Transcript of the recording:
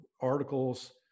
articles